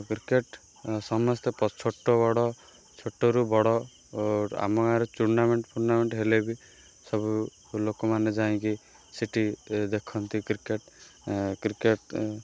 cricket ସମସ୍ତେ ଛୋଟ ବଡ଼ ଛୋଟରୁ ବଡ଼ ଆମ ଗାଁରେ ଟୁର୍ଣ୍ଣାମେଣ୍ଟ୍ ଫୁର୍ଣ୍ଣାମେଣ୍ଟ୍ ହେଲେ ବି ସବୁ ଲୋକମାନେ ଯାଇଁକି ସେଟି ଦେଖନ୍ତି କ୍ରିକେଟ୍ କ୍ରିକେଟ୍